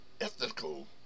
ethical